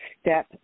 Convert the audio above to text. step